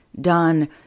done